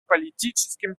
политическим